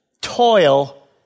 toil